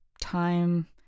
time